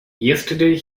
yesterday